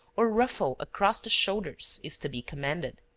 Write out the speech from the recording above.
or ruffle across the shoulders is to be commended.